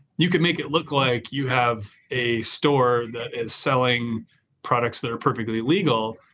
you can make it look like you have a store that is selling products that are perfectly legal,